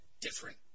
different